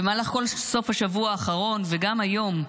במהלך כל סוף השבוע האחרון וגם היום,